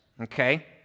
okay